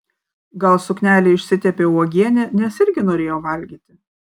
gal suknelė išsitepė uogiene nes irgi norėjo valgyti